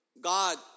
God